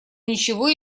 ничего